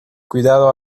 cuidado